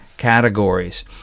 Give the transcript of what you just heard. categories